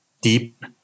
deep